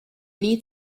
need